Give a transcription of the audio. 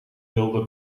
wilde